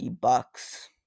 bucks